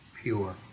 pure